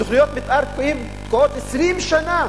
תוכניות מיתאר תקועות 20 שנה.